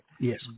Yes